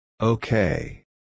Okay